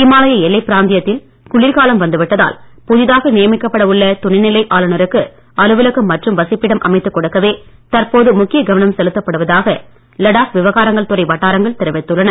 இமாலய எல்லைப் பிராந்தியத்தில் குளிர்காலம் வந்து விட்டதால் புதிதாக நியமிக்கப்பட உள்ள துணைநிலை ஆளுநருக்கு அலுவலகம் மற்றும் வசிப்பிடம் அமைத்து கொடுக்கவே தற்போது முக்கிய கவனம் செலுத்தப்படுவதாக லடாக் விவகாரங்கள் துறை வட்டாரங்கள் தெரிவித்துள்ளன